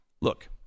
Look